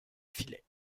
filets